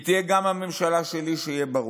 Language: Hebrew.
היא תהיה גם הממשלה שלי, שיהיה ברור.